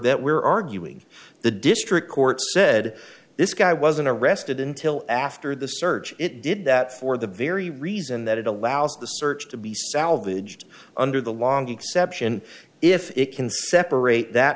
that we're arguing the district court said this guy wasn't arrested until after the search it did that for the very reason that it allows the search to be salvaged under the long exception if it can separate that